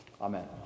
Amen